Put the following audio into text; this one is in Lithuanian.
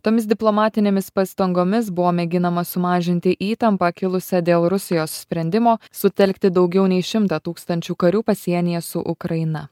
tomis diplomatinėmis pastangomis buvo mėginama sumažinti įtampą kilusią dėl rusijos sprendimo sutelkti daugiau nei šimtą tūkstančių karių pasienyje su ukraina